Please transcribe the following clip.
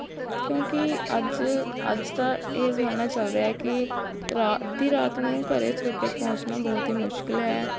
ਕਿਉਂਕਿ ਅੱਜ ਅੱਜ ਦਾ ਇਹ ਜ਼ਮਾਨਾ ਚੱਲ ਰਿਹਾ ਹੈ ਕਿ ਰਾ ਅੱਧੀ ਰਾਤ ਨੂੰ ਘਰ ਸੁਰੱਖਿਅਤ ਪਹੁੰਚਣਾ ਬਹੁਤ ਹੀ ਮੁਸ਼ਕਲ ਹੈ